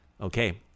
Okay